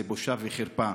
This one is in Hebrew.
זאת בושה וחרפה,